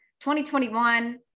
2021